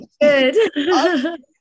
good